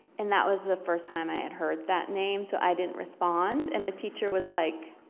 and that was the first time i had heard that name so i didn't respond. and the teacher was like,